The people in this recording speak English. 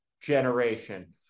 generation